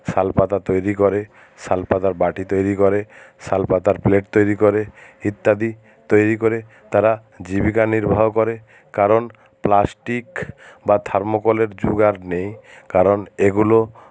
শাল পাতা তৈরি করে শাল পাতার বাটি তৈরি করে শাল পাতার প্লেট তৈরি করে ইত্যাদি তৈরি করে তারা জীবিকা নির্বাহ করে কারণ প্লাস্টিক বা থার্মোকলের জোগাড় নেই কারণ এগুলো